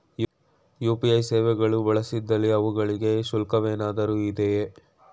UPI ಸೇವೆಗಳು ಬಳಸಿದಲ್ಲಿ ಅವುಗಳಿಗೆ ಶುಲ್ಕವೇನಾದರೂ ಇದೆಯೇ?